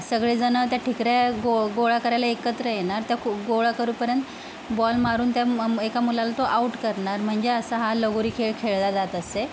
सगळेजणं त्या ठिकऱ्या गो गोळा करायला एकत्र येणार त्या खू गोळा करूपर्यंत बॉल मारून त्या मम् एका मुलाला तो आऊट करणार म्हणजे असा हा लगोरी खेळ खेळला जात असे